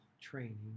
training